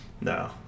no